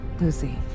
Lucy